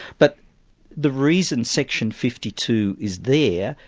but the reason section fifty two is there,